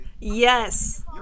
Yes